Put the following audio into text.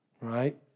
right